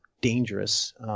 dangerous